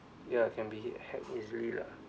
ya can be he~ hacked easily lah